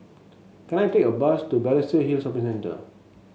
can I take a bus to Balestier Hill Shopping Centre